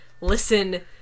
listen